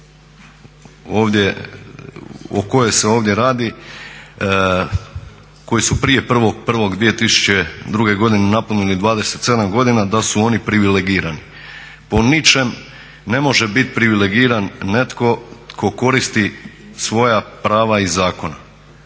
o kojoj se ovdje radi koji su prije 1.1.2002.godine napunili 27 godina da su oni privilegirani. Po ničem ne može biti privilegiran netko tko koristi svoja prava iz zakona.